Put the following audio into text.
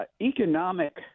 economic